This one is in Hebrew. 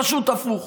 פשוט הפוך,